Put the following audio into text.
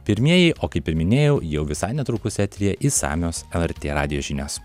pirmieji o kaip ir minėjau jau visai netrukus eteryje išsamios lrt radijo žinios